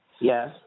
Yes